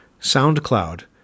SoundCloud